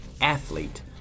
athlete